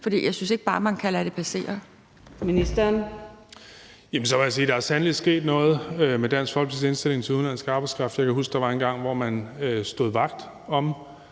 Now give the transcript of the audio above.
for jeg synes ikke bare, man kan lade det passere.